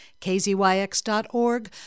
kzyx.org